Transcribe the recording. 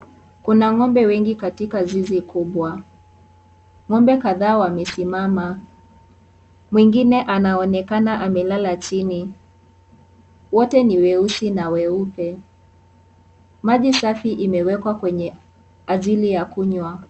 Kuna ngombe wengi katika zizi kubwa, ngombe kadhaa wamesimama, mwingine anaonekana amelala chini, wote ni weusi na weupe, maji safi imewekwa kwenye ajili ya kunywa.